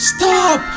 Stop